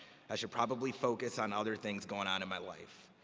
i should probably focus on other things going on in my life.